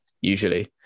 usually